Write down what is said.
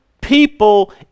people